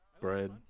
bread